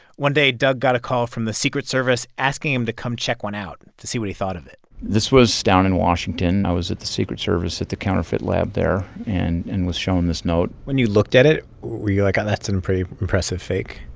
one day doug got a call from the secret service asking him to come check one out to see what he thought of it this was down in washington. i was at the secret service at the counterfeit lab there and and was shown this note when you looked at it, were you like, ah that's a and pretty impressive fake?